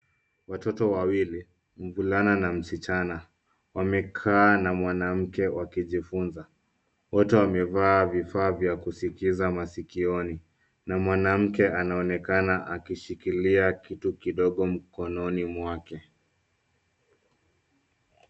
Watoto wawili, mvulana na msichana, wamekaa na mwanamke wakijifunza. Wote wamevaa vifaa vya kusikiza masikioni na mwanamke anaonekana akishikilia kitu kidogo mkononi mwake.